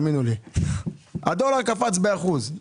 הדולר קפץ באחוז.